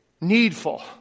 needful